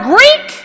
Greek